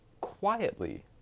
quietly